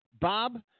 Bob